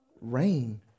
Rain